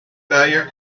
failure